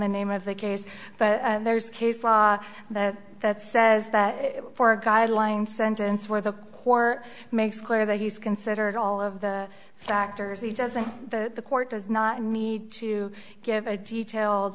the name of the case but there's case law that says that for a guideline sentence where the core makes clear that he's considered all of the factors he does and the court does not need to give a detailed